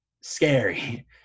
scary